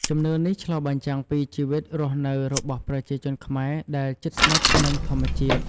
ជំនឿនេះឆ្លុះបញ្ចាំងពីជីវិតរស់នៅរបស់ប្រជាជនខ្មែរដែលជិតស្និទ្ធនឹងធម្មជាតិ។